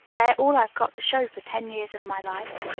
they are all i've got to show for ten years of my life.